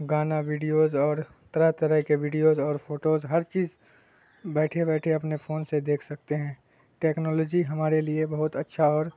گانا ویڈیوز اور طرح طرح کے ویڈیوز اور فوٹوز ہر چیز بیٹھے بیٹھے اپنے فون سے دیکھ سکتے ہیں ٹیکنالوجی ہمارے لیے بہت اچھا اور